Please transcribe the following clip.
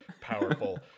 powerful